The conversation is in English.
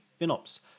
FinOps